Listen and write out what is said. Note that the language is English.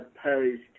opposed